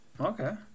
okay